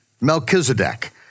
Melchizedek